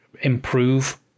improve